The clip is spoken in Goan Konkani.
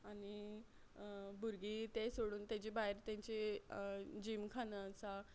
आनी भुरगीं तें सोडून तेजे भायर तेंचे जिमखाना आसा